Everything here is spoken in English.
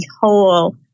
whole